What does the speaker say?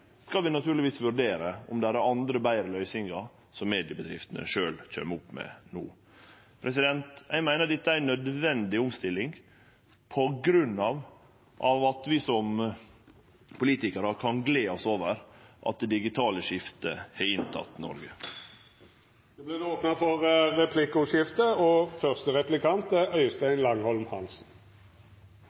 skal vi naturlegvis vurdere om det er andre, betre løysingar som mediebedriftene sjølve kjem med no. Eg meiner dette er ei nødvendig omstilling, på grunn av at vi som politikarar kan gle oss over at det digitale skiftet er kome til Noreg. Det vert replikkordskifte. Forskjellene øker i Norge, også mellom by og land. Det vil Arbeiderpartiet gjøre noe med. Som statsråden har